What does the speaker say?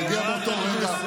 זה הגיע באותו רגע.